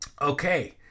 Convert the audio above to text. Okay